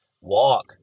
walk